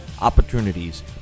opportunities